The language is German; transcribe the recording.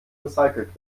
recycelt